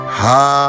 ha